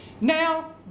Now